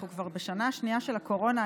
אנחנו כבר בשנה השנייה של הקורונה,